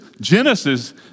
Genesis